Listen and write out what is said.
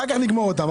אחר כך נגמור אותם.